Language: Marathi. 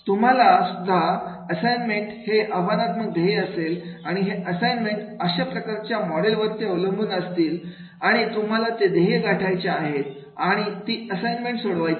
तुम्हाला सुद्धाअसाइनमेंट हे आव्हानात्मक ध्येय असेल आणि हे असाइन्मेंट अशा प्रकारच्या मॉडेल वरती अवलंबून असतील आणि तुम्हाला ते ध्येय गाठायचे आहेत आणि ती असाइनमेंट सोडवायची आहेत